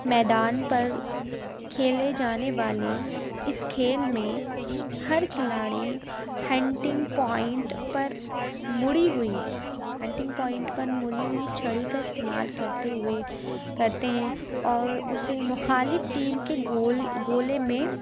میدان پر کھیلے جانے والے اس کھیل میں ہر کھلاڑی ہنٹنگ پوائنٹ پر مڑی ہوئی ہنٹنگ پوائنٹ پر مڑی ہوئی چھڑی کا استعمال کرتے ہوئے کرتے ہیں اور اسے مخالف ٹیم کے گول گولے میں